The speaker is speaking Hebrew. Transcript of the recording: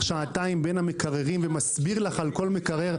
שעתיים בין המקררים ומסביר לך על כל מקרר,